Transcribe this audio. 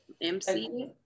MC